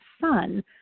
son